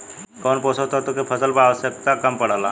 कौन पोषक तत्व के फसल पर आवशयक्ता कम पड़ता?